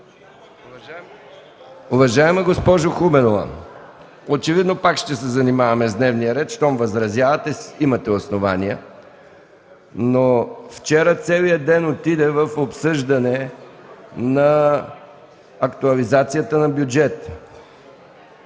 Уважаеми госпожо Хубенова, очевидно пак ще се занимаваме с дневния ред. Щом възразявате – имате основания, но вчера целия ден отиде в обсъждане на актуализацията на бюджета.